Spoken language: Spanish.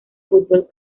fútbol